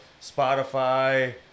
Spotify